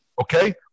Okay